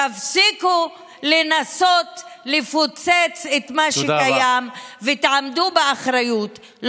תפסיקו לנסות לפוצץ את מה שקיים ותעמדו באחריות.